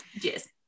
yes